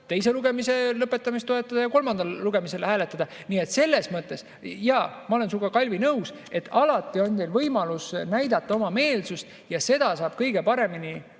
teise lugemise lõpetamist toetada ja kolmandal lugemisel [poolt] hääletada. Nii et selles mõttes ma olen sinuga, Kalvi, nõus, et alati on võimalus näidata oma meelsust. Ja seda saab kõige paremini